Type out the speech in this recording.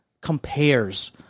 compares